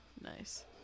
Nice